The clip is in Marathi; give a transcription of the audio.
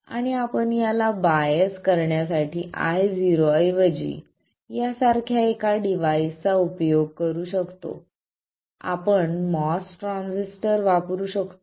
आणि आपण याला बायस करण्यासाठी Io ऐवजी यासारख्या एका डिव्हाइसचा उपयोग करू शकतो आपण MOS ट्रान्झिस्टर वापरू शकतो